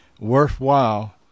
worthwhile